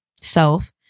self